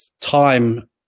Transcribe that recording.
time